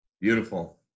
Beautiful